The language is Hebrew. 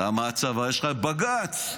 למה, הצבא, יש לך את בג"ץ.